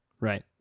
right